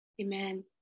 Amen